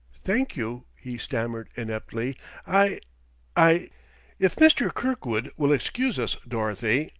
thank you, he stammered ineptly i i if mr. kirkwood will excuse us, dorothy,